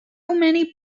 many